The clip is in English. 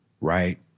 right